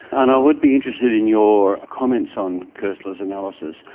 and i would be interested in your comments on koestler's analysis,